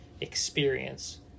experience